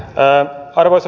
arvoisa puhemies